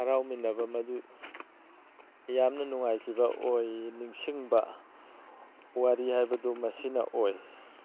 ꯍꯥꯔꯥꯎꯃꯤꯟꯅꯕ ꯃꯗꯨ ꯌꯥꯝꯅ ꯅꯨꯡꯉꯥꯏꯈꯤꯕ ꯑꯣꯏ ꯅꯤꯡꯁꯤꯡꯕ ꯋꯥꯔꯤ ꯍꯥꯏꯕꯗꯨ ꯃꯁꯤꯅ ꯑꯣꯏ